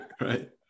right